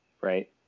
right